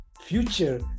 future